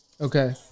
Okay